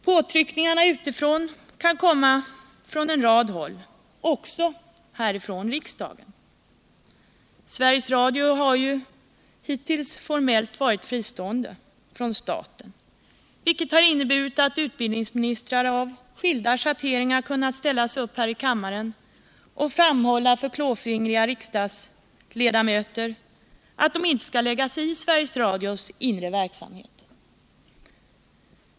Påtryckningarna utifrån kan komma från en rad håll, också från riksdagen. Sveriges Radio har hittills formellt varit fristående från staten, vilket har inneburit att utbildningsministrar av skilda schatteringar kunnat ställa sig upp här i kammaren och framhålla för klåfingriga riksdagsledamöter att de inte skall lägga sig i Sveriges Radios inre verksamhet.